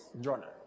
Jonah